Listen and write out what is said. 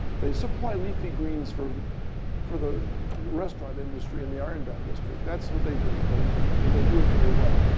they supply leafy greens for for the restaurant industry in the ironbound district. that's what they do. and and they do it very well.